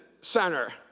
center